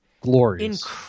glorious